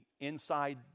inside